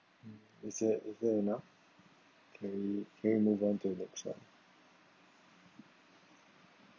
is that is that enough kay can we move on to next one